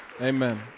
Amen